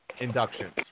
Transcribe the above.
Inductions